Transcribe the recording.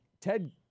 Ted